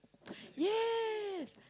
yes